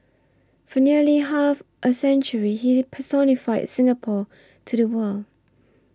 for nearly half a century he personified Singapore to the world